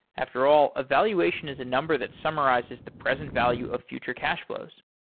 after all, evaluation is a number that summarizes the present value of future cash flows.